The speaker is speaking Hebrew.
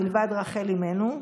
מלבד רחל אימנו,